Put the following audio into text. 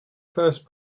first